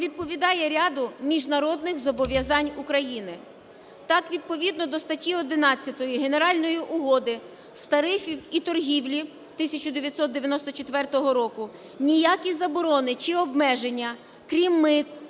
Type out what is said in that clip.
відповідно до статті 11 Генеральної угоди з тарифів і торгівлі 1994 року ніякі заборони чи обмеження, крім мит,